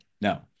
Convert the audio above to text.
No